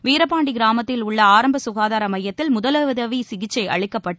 வீரபாண்டி கிராமத்தில் உள்ள ஆரம்ப ககாதார மையத்தில் முதலுதவி சிகிச்சை அளிக்கப்பட்டு